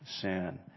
sin